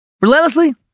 Relentlessly